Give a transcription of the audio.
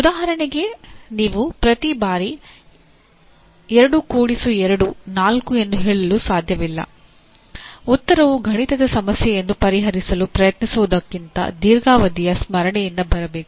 ಉದಾಹರಣೆಗೆ ನೀವು ಪ್ರತಿ ಬಾರಿ 2 2 4 ಎಂದು ಹೇಳಲು ಸಾಧ್ಯವಿಲ್ಲ ಉತ್ತರವು ಗಣಿತದ ಸಮಸ್ಯೆಯೆಂದು ಪರಿಹರಿಸಲು ಪ್ರಯತ್ನಿಸುವುದಕ್ಕಿಂತ ದೀರ್ಘಾವಧಿಯ ಸ್ಮರಣೆಯಿಂದ ಬರಬೇಕು